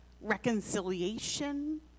reconciliation